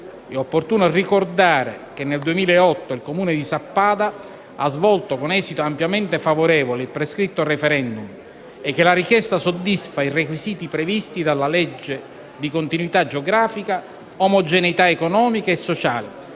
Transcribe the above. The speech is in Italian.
È opportuno ricordare che nel 2008 il Comune di Sappada ha svolto con esito ampiamente favorevole il prescritto *referendum* e che la richiesta soddisfa i requisiti, previsti dalla legge, di continuità geografica, omogeneità economica e sociale